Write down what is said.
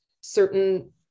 certain